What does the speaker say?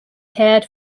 cared